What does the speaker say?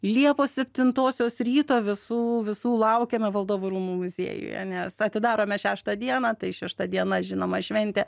liepos septintosios ryto visų visų laukiame valdovų rūmų muziejuje nes atidarome šeštą dieną tai šešta diena žinoma šventė